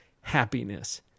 happiness